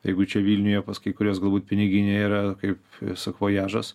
jeigu čia vilniuje pas kai kuriuos galbūt piniginė yra kaip sakvojažas